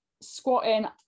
squatting